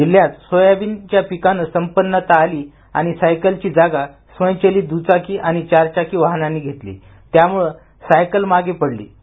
जिल्ह्यात सोयाबीनच्या पिकानं संपन्नता आली आणि सायकलची जागा स्वयंचलीत दुचाकी आणि चार चाकी वाहनांनी घेतली त्यामुळ सायकल मागे पडली होती